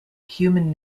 human